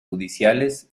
judiciales